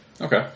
Okay